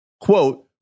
Quote